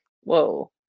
whoa